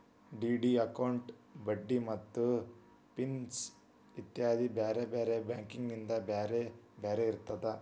DD ಅಕೌಂಟಿನ್ ಬಡ್ಡಿ ಮತ್ತ ಫಿಸ್ ಇತ್ಯಾದಿ ಬ್ಯಾರೆ ಬ್ಯಾರೆ ಬ್ಯಾಂಕಿಂದ್ ಬ್ಯಾರೆ ಬ್ಯಾರೆ ಇರ್ತದ